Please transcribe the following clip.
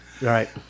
right